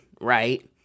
right